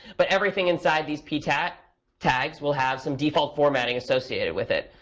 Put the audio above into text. but everything inside these p tags tags will have some default formatting associated with it,